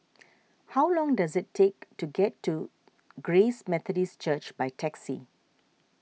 how long does it take to get to Grace Methodist Church by taxi